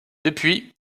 depuis